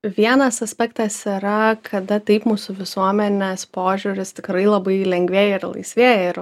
vienas aspektas yra kada taip mūsų visuomenės požiūris tikrai labai lengvėja ir laisvėja ir